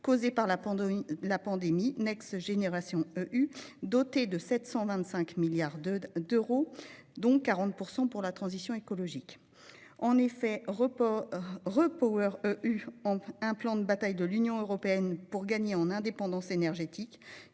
causés par la pandémie,, doté de 725 milliards d'euros, dont 40 % pour la transition écologique ; enfin,, un plan de bataille de l'Union européenne pour gagner en indépendance énergétique,